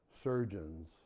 surgeons